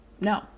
No